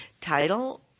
Title